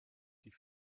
die